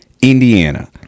Indiana